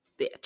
Bitch